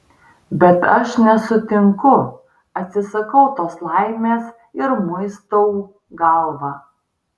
bet aš nesutinku atsisakau tos laimės ir muistau galvą